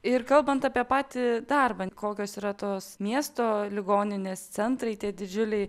ir kalbant apie patį darbą kokios yra tos miesto ligoninės centrai tie didžiuliai